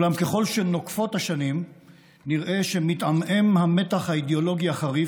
אולם ככל שנוקפות השנים נראה שמתעמעם המתח האידיאולוגי החריף,